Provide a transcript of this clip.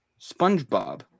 SpongeBob